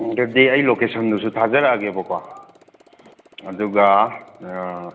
ꯑꯗꯨꯗꯤ ꯑꯩ ꯂꯣꯀꯦꯁꯟꯗꯨꯁꯨ ꯊꯥꯖꯔꯛꯑꯒꯦꯕꯀꯣ ꯑꯗꯨꯒ